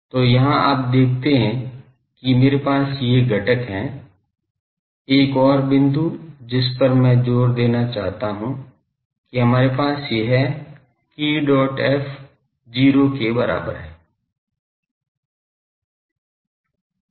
तो यहां आप देखते हैं कि मेरे पास ये घटक हैं एक और बिंदु जिस पर मैं जोर देना चाहता हूं कि हमारे पास यह k dot f 0 के बराबर है